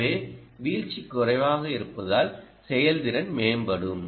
எனவே வீழ்ச்சி குறைவாக இருப்பதால் செயல்திறன் மேம்படும்